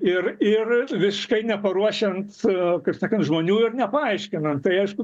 ir ir visiškai neparuošiant kaip sakant žmonių ir nepaaiškinant tai aišku